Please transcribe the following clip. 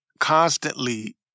constantly